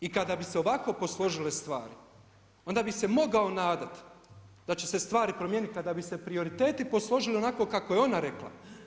I kada bi se ovako posložile stvari, onda bi se mogao nadati da će se stvari promijeniti, a da bi se prioriteti posložile onako kako je ona rekla.